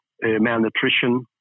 Malnutrition